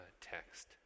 Text